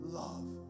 love